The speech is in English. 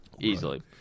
Easily